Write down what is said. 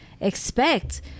expect